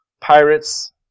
Pirates